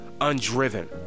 undriven